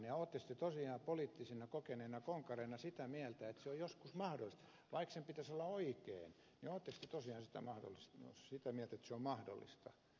ja oletteko te tosiaan kokeneina poliittisina konkareina sitä mieltä että se on joskus mahdollista vaikka sen pitäisi olla oikein niin oletteko te tosiaan sitä mieltä että se on mahdollista